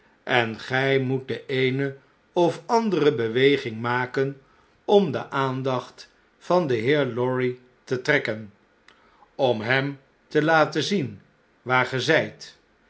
en gij moet de eene of andere beweging maken om de aandacht van den heer lorry te trekken om hem te laten zien waar ge zjjt